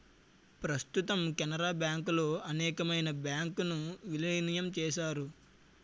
ప్రస్తుతం కెనరా బ్యాంకులో అనేకమైన బ్యాంకు ను విలీనం చేశారు